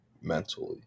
mentally